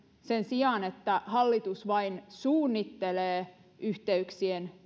sen sijaan että hallitus vain suunnittelee yhteyksien